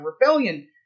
Rebellion